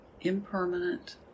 impermanent